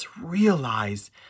realize